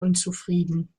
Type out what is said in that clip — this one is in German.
unzufrieden